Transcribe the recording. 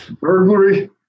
Burglary